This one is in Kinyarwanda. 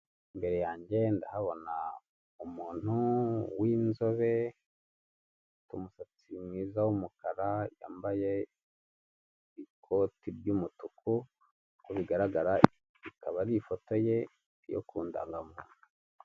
Imbere yange ndahabona umuntu w'inzobe ufite umusatsi mwiza w'umukara yambaye ikoti ry'umutuku uko bigaragara ikaba ari ifoto ye yo kundangamuntu.